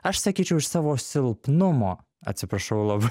aš sakyčiau iš savo silpnumo atsiprašau lab